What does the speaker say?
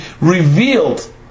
revealed